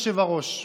עכשיו, נכון,